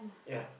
yeah